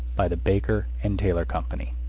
by the baker and taylor company